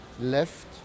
left